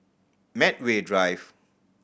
Medway Drive